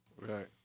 Right